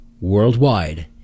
Worldwide